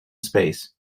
space